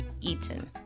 eaten